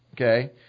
okay